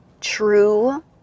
true